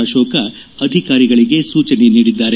ಅಶೋಕ ಅಧಿಕಾರಿಗಳಿಗೆ ಸೂಚನೆ ನೀಡಿದ್ದಾರೆ